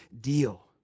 deal